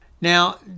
Now